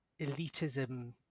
elitism